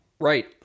Right